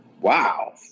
Wow